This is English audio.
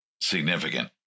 significant